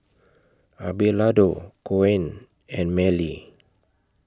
Abelardo Koen and Marely